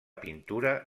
pintura